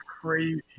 crazy